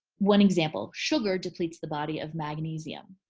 one example, sugar depletes the body of magnesium.